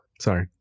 Sorry